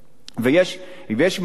ויש מה לעשות.